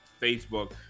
Facebook